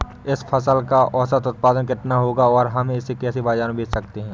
इस फसल का औसत उत्पादन कितना होगा और हम इसे बाजार में कैसे बेच सकते हैं?